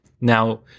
Now